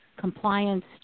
compliance